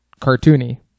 cartoony